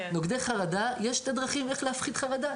נוגדי חרדה יש שתי דרכים להפחית חרדה: